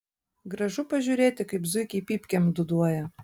gražu pažiūrėti kaip zuikiai pypkėm dūduoja